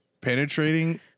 penetrating